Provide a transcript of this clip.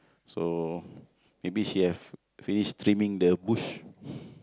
so maybe she have finish trimming the bush